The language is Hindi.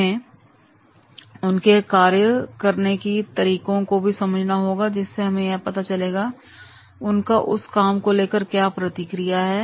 हमें उनके कार्य करने की तरीकों को भी समझना होगा जिससे हमें यह पता चलेगा कि उनका उस काम को लेकर क्या प्रतिक्रिया है